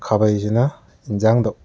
ꯈꯥꯕꯩꯁꯤꯅ ꯌꯦꯟꯁꯥꯡꯗ